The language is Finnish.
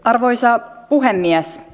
arvoisa puhemies